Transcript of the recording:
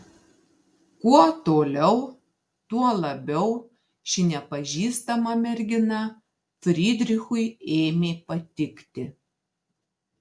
kuo toliau tuo labiau ši nepažįstama mergina frydrichui ėmė patikti